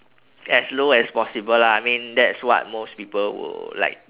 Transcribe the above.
as low as possible lah I mean that's what most people will like